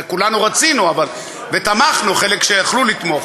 כולנו רצינו ותמכנו, חלק, שיכלו לתמוך,